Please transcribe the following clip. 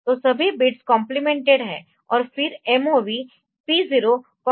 तो सभी bits complemented है और फिर MOV P0 A